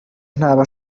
ntaba